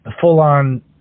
full-on